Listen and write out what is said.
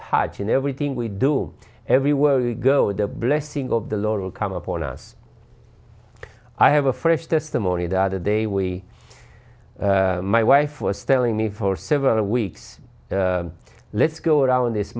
touch in everything we do everywhere we go the blessing of the lord will come upon us i have a fresh testimony the other day we my wife was telling me for several weeks let's go down this